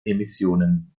emissionen